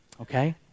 okay